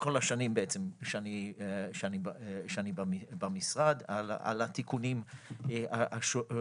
כל השנים בעצם שאני במשרד, על התיקונים השונים.